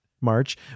March